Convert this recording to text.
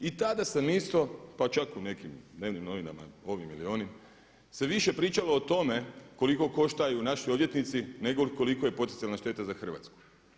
I tada sam isto pa čak u nekim dnevnim novima ovim ili onim se više pričalo o tome koliko koštaju naši odvjetnici nego koliko je poticajna šteta za Hrvatsku.